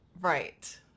Right